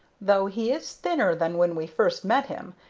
though he is thinner than when we first met him,